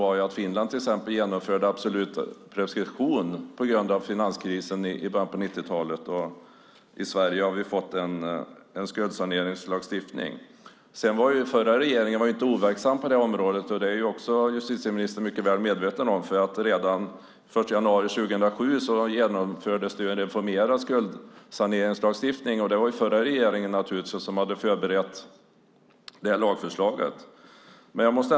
Finland genomförde till exempel absolut preskription på grund av finanskrisen i början av 90-talet. Och i Sverige har vi fått en skuldsaneringslagstiftning. Sedan var den förra regeringen inte overksam på det här området. Det är också justitieministern mycket väl medveten om. Redan den 1 januari 2007 genomfördes det en reformerad skuldsaneringslagstiftning, och det var naturligtvis den förra regeringen som hade förberett det lagförslaget.